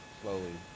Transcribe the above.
slowly